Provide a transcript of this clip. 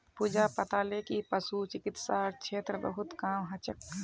पूजा बताले कि पशु चिकित्सार क्षेत्रत बहुत काम हल छेक